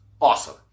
awesome